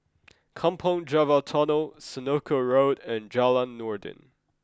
Kampong Java Tunnel Senoko Road and Jalan Noordin